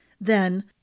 Then